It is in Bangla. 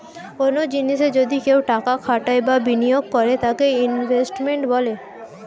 কনো জিনিসে যদি কেউ টাকা খাটায় বা বিনিয়োগ করে তাকে ইনভেস্টমেন্ট বলে